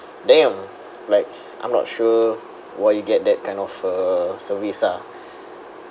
damn like I'm not sure why you get that kind of a service ah